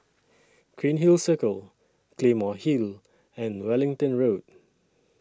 Cairnhill Circle Claymore Hill and Wellington Road